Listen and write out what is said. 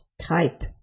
type